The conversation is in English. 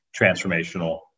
transformational